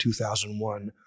2001